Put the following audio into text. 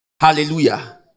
Hallelujah